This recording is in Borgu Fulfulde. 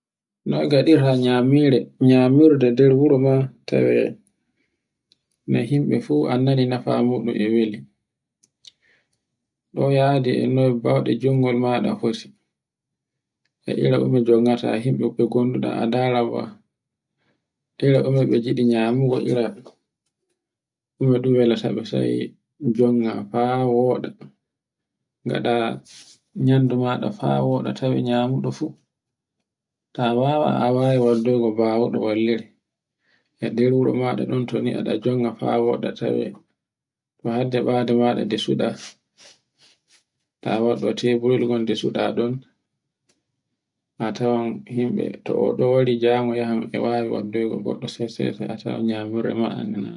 Noy gaɗirta nyamirde, nyamirde nder wuro ma tawe no himɓe fu anndani nafa muɗum e weli. Ɗo yadi e noy bauɗe jungo maɗa foti, e ira ɗume jongata himɓe be gonduɗe e ndara ma. Ira ɗume ɓe ngiɗi nyamugo, ira ɗume welata ɓe sai jonga fa woɗa ngaɗa nyamdu maɗa faa woɗa tawe nyamuɗo fu. ta wawa a wawai waddaygo bawuɗo wallire. e nder wuro maɗa ni toni aɗa jonga fa woɗa tawe to hadja maɗa desuɗa ta wodi e tuburuwal ngon desuɗa ɗon a tawan himɓe to o ɗo wari jango e wawi gaddoygo goɗɗo seseses a tawan nyamunɗe ma e ɗe nyama.